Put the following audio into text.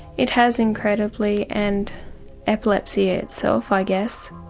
it has, incredibly, and epilepsy itself, i guess.